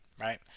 right